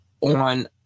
on